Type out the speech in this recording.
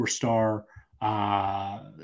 four-star